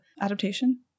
adaptation